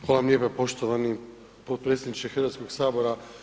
Hvala vam lijepa poštovani podpredsjedniče Hrvatskog sabora.